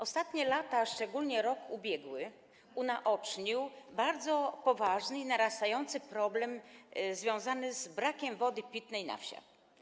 Ostatnie lata, szczególnie rok ubiegły, unaoczniły bardzo poważny i narastający problem związany z brakiem wody pitnej na wsi.